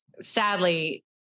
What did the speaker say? sadly